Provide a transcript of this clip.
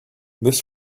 this